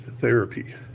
therapy